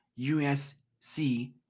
USC